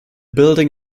building